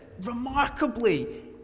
remarkably